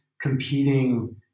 competing